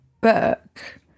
book